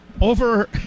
over